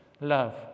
love